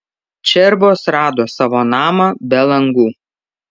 čerbos rado savo namą be langų